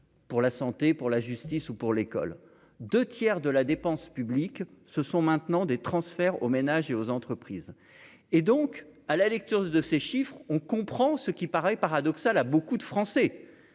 pour la santé, pour la justice, ou pour l'école, 2 tiers de la dépense publique, ce sont maintenant des transferts aux ménages et aux entreprises, et donc à la lecture de ces chiffres, on comprend ce qui paraît paradoxal à beaucoup de Français